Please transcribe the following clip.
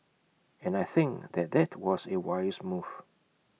and I think that that was A wise move